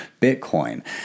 Bitcoin